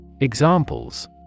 Examples